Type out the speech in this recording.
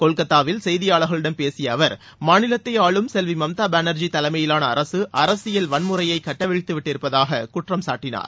கொல்கத்தாவில் செய்தியாளர்களிடம் பேசிய அவர் மாநிலத்தை ஆளும் செல்வி மம்தா பானர்ஜி தலைமையிலான அரசியல் வன்முறையைக் கட்டவிழ்த்து விட்டிருப்பதாக குற்றம் சாட்டினார்